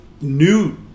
new